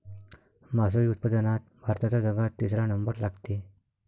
मासोळी उत्पादनात भारताचा जगात तिसरा नंबर लागते